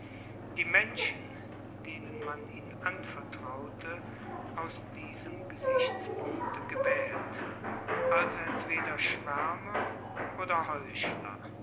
die menschen denen man ihn anvertraute aus diesem gesichtspunkte gewählt also entweder schwärmer oder